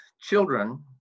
children